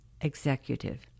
executive